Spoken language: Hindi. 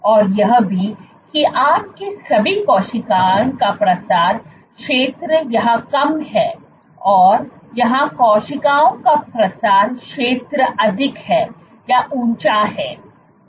और यह भी कि आपके सभी कोशिकाओं का प्रसार क्षेत्र यहाँ कम है और यहाँ कोशिकाओं का प्रसार क्षेत्र अधिक है ऊंचा है